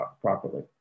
properly